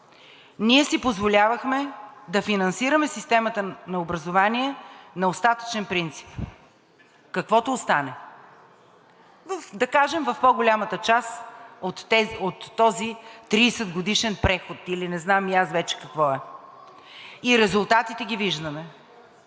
ние си позволявахме да финансираме системата на образованието на остатъчен принцип, каквото остане – да кажем, в по-голямата част от този 30-годишен преход или не знам и аз вече какво е, и резултатите ги виждаме.